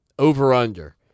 Over-under